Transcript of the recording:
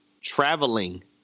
traveling